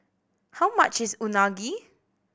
how much is Unagi